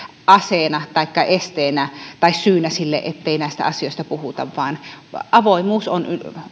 aseena taikka esteenä tai syynä sille ettei näistä asioista puhuta vaan avoimuus on